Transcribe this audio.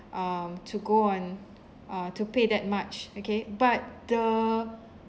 um to go on uh to pay that much okay but the